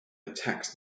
attacks